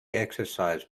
exercised